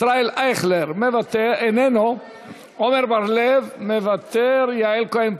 ישראל אייכלר, אינו נוכח, עמר בר-לב, מוותר,